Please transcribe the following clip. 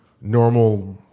normal